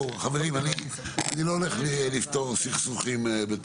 אני לא הולך לפתור סכסוכים.